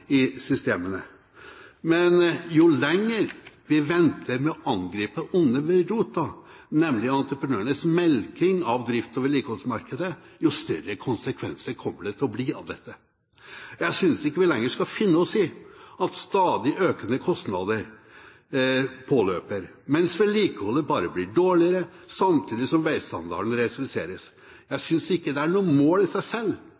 i systemene. Men jo lenger vi venter med å angripe ondet ved roten, nemlig entreprenørenes melking av drifts- og vedlikeholdsmarkedet, jo større konsekvenser kommer det til å bli av dette. Jeg synes ikke lenger vi skal finne oss i at stadig økende kostnader påløper, mens vedlikeholdet bare blir dårligere, samtidig som veistandarden reduseres. Jeg synes ikke det er noe mål i seg selv